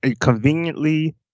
conveniently